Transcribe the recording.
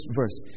verse